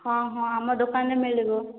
ହଁ ହଁ ଆମ ଦୋକାନରେ ମିଳିବ